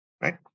right